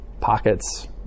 pockets